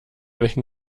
welchen